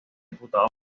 diputada